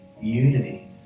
Unity